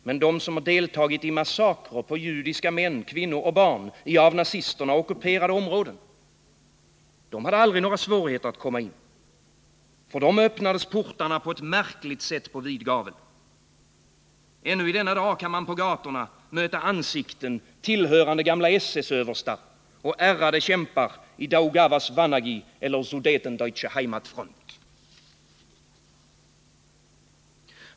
— Men de som deltagit i massakrer på judiska män, kvinnor och barn i av nazisterna ockuperade områden hade aldrig några svårigheter att komma in i landet. För dem öppnades portarna på ett märkligt sätt på vid gavel. Ännu i denna dag kan man på gatorna möta ansikten tillhörande gamla SS-överstar och ärrade kämpar i Daugavas Vanagi eller Sudetendeutsche Heimatfront.